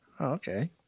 Okay